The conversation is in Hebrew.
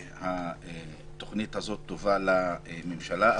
התוכנית הזאת תובא לממשלה.